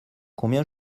combien